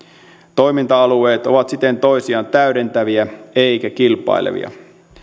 toiminta alueet ovat siten toisiaan täydentäviä eivätkä kilpailevia